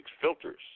filters